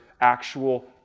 actual